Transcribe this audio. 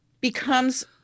becomes